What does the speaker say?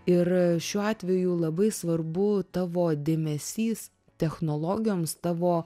ir šiuo atveju labai svarbu tavo dėmesys technologijoms tavo